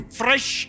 fresh